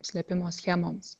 slėpimo schemoms